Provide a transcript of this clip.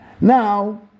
Now